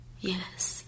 Yes